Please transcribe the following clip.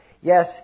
yes